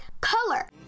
color